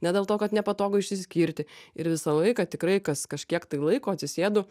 ne dėl to kad nepatogu išsiskirti ir visą laiką tikrai kas kažkiek tai laiko atsisėdu